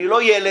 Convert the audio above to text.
אני לא ילד,